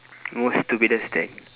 most stupidest thing